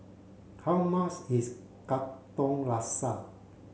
how mas is Katong Laksa